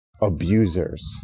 abusers